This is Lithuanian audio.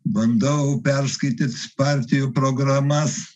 bandau perskaityt partijų programas